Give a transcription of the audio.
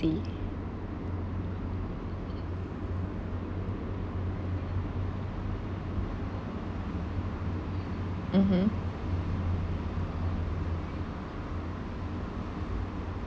see mmhmm